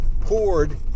poured